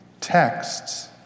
texts